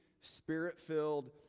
spirit-filled